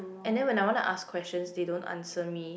and then when I want to ask question they don't answer me